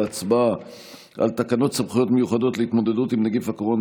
לעבור להצבעה על תקנות סמכויות מיוחדות להתמודדות עם נגיף הקורונה